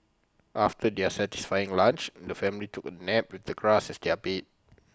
after their satisfying lunch the family took A nap the grass as their bed